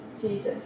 Jesus